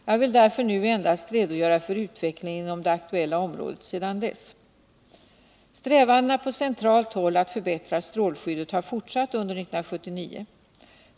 Jag vill därför nu endast redogöra för utvecklingen inom det aktuella området sedan dess. Strävandena på centralt håll att förbättra strålskyddet har fortsatt under år 1979.